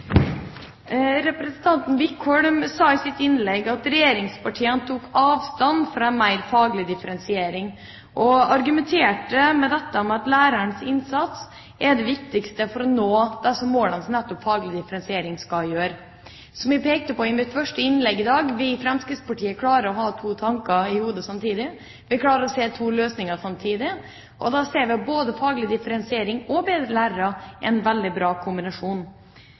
Representanten Wickholm sa i sitt innlegg at regjeringspartiene tok avstand fra mer faglig differensiering, og argumenterte for dette med at lærerens innsats er det viktigste for å nå de målene som nettopp faglig differensiering skal gjøre. Som jeg pekte på i mitt første innlegg i dag, klarer vi i Fremskrittspartiet å ha to tanker i hodet samtidig. Vi klarer å se to løsninger samtidig. Da ser vi at både faglig differensiering og bedre lærere er en veldig bra kombinasjon.